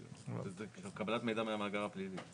שזו קבלת מידע מהמאגר הפלילי.